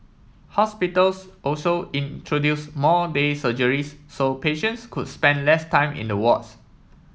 hospitals also introduce more day surgeries so patients could spend less time in the wards